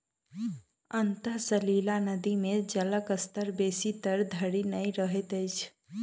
अंतः सलीला नदी मे जलक स्तर बेसी तर धरि नै रहैत अछि